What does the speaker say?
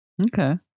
Okay